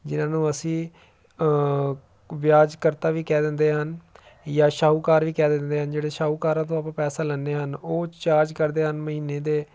ਜਿਹਨਾਂ ਨੂੰ ਅਸੀਂ ਵਿਆਜ ਕਰਤਾ ਵੀ ਕਹਿ ਦਿੰਦੇ ਹਾਂ ਜਾਂ ਸ਼ਾਹੂਕਾਰ ਵੀ ਕਹਿ ਦਿੰਦੇ ਹਾਂ ਜਿਹੜੇ ਸ਼ਾਹੂਕਾਰਾਂ ਤੋਂ ਆਪਾਂ ਪੈਸਾ ਲੈਂਦੇ ਹਾਂ ਉਹ ਚਾਰਜ ਕਰਦੇ ਹਨ ਮਹੀਨੇ ਦੇ